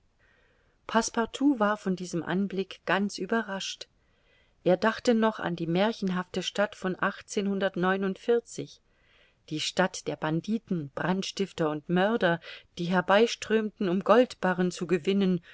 war von diesem anblick ganz überrascht er dachte noch an die märchenhafte stadt von die stadt der banditen brandstifter und mörder die herbeiströmten um goldbarren zu gewinnen